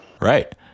Right